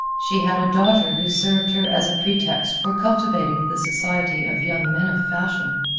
she had a daughter who served her as a pretext for cultivating the society of young men of fashion.